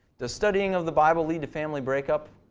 does studying of the bible lead to family break up?